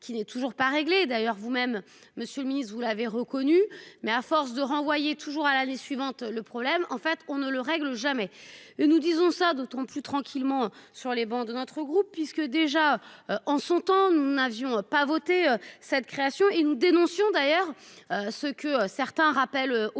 qui n'est toujours pas réglé d'ailleurs vous-même Monsieur le Ministre, vous l'avez reconnu mais à force de renvoyer toujours à l'année suivante. Le problème, en fait on ne le règle jamais nous disons ça d'autant plus tranquillement sur les bancs de notre groupe puisque déjà en son temps, nous n'avions pas voter cette création et nous dénoncions d'ailleurs ce que certains rappellent